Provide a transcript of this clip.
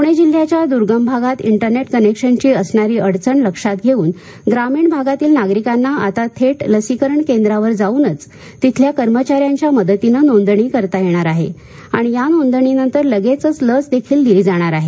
पुणे जिल्ह्याच्या दूर्गम भागात इंटरनेट कनेक्शनची असणारी अडचण लक्षात घेऊन ग्रामीण भागातील नागरिकांना आता थेट लसीकरण केंद्रावर जाऊनच तिथल्या कर्मचाऱ्यांच्या मदतीनं नोंदणी करता येणार आहे आणि या नोंदणीनंतर लगेचच लस देखील दिली जाणार आहे